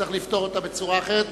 שצריך לפתור אותה בצורה אחרת.